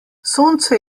sonce